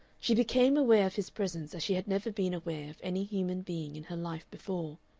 she became aware of his presence as she had never been aware of any human being in her life before.